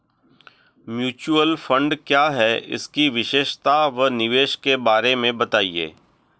Mutual fund क्या है इसकी विशेषता व निवेश के बारे में बताइये?